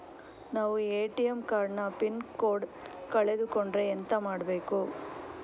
ನಾವು ATM card ನ pin code ಕಳೆದು ಕೊಂಡ್ರೆ ಎಂತ ಮಾಡ್ಬೇಕು?